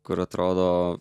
kur atrodo